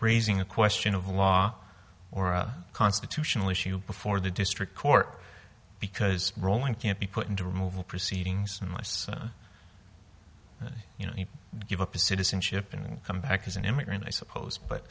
raising a question of a law or a constitutional issue before the district court because roland can't be put into removal proceedings unless you know give up his citizenship and come back as an immigrant i suppose but